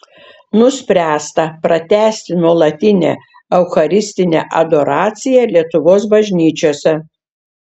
nuspręsta pratęsti nuolatinę eucharistinę adoraciją lietuvos bažnyčiose